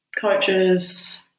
coaches